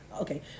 Okay